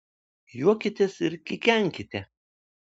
juokitės ir kikenkite